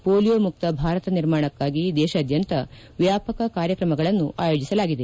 polio ಮುಕ್ತ ಭಾರತ ನಿರ್ಮಾಣಕ್ಕಾಗಿ ದೇಶಾದ್ಯಂತ ವ್ಯಾಪಕ ಕಾರ್ಯಕ್ರಮಗಳನ್ನು ಆಯೋಜಿಸಲಾಗಿದೆ